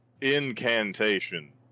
incantation